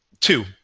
Two